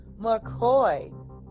McCoy